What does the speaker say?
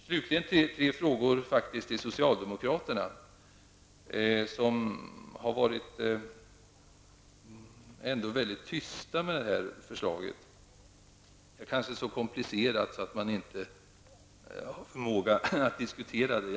Slutligen faktiskt tre frågor till socialdemokraterna, som har varit mycket tysta när det gäller det här förslaget. Det är kanske så komplicerat att de inte har förmåga att diskutera det.